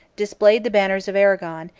displayed the banners of arragon,